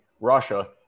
Russia